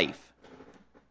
life